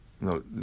No